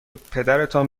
پدرتان